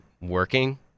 working